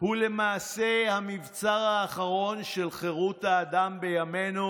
הוא למעשה המבצר האחרון של חרות האדם בימינו.